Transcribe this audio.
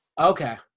Okay